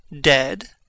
dead